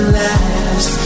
last